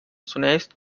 zunächst